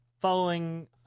Following